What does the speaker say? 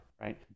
Right